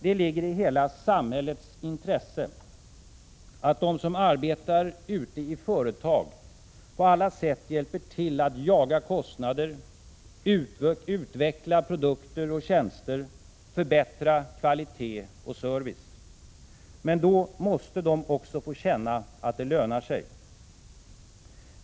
Det ligger i hela samhällets intresse att de som arbetar ute i företag på alla sätt hjälper till att jaga kostnader, utveckla produkter och tjänster, förbättra kvalitet och service. Men då måste de också få känna att det lönar sig.